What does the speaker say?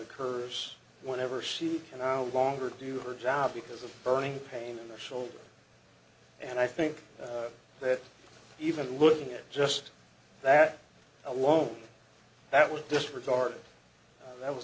occurs whenever she can no longer do her job because of burning pain in the shoulder and i think that even looking at just that alone that was disregarded that was